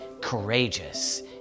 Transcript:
courageous